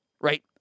right